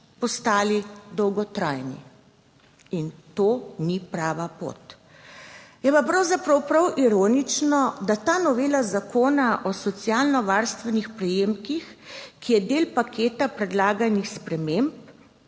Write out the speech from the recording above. postali dolgotrajni. In to ni prava pot. Je pa pravzaprav prav ironično, da ta novela Zakona o socialno varstvenih prejemkih, ki je del paketa predlaganih sprememb